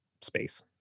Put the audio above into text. space